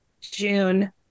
June